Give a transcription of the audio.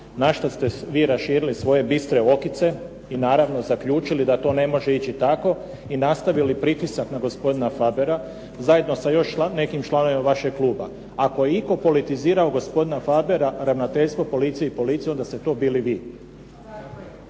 Na šta ste vi raširili svoje bistre okice i naravno zaključili da to ne može ići tako i nastavili pritisak na gospodina Fabera, zajedno sa još nekim članovima vašeg kluba. Ako je itko politizirao gospodina Fabera, Ravnateljstvo policije i policiju onda ste to bili vi.